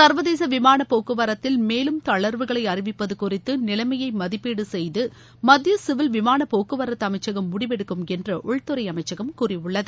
ச்வதேசவிமானப் போக்குவரத்தில் மேலும் தளர்வுகளைஅறிவிப்பதுகுறித்துநிலைமையைமதிப்பீடுசெய்துமத்தியசிவில் விமானப் போக்குவரத்துஅமைச்சகம் முடிவெடுக்கும் என்றுஉள்துறைஅமைச்சகம் கூறியுள்ளது